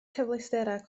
cyfleusterau